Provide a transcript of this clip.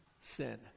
sin